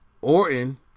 Orton